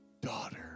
Daughter